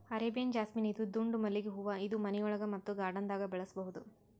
Arabian jasmine ಇದು ದುಂಡ್ ಮಲ್ಲಿಗ್ ಹೂವಾ ಇದು ಮನಿಯೊಳಗ ಮತ್ತ್ ಗಾರ್ಡನ್ದಾಗ್ ಬೆಳಸಬಹುದ್